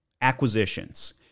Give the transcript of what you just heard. acquisitions